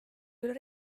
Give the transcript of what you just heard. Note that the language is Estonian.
küll